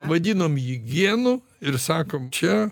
vadinom jį vienu ir sakome čia